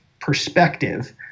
perspective